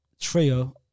trio